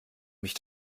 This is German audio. mich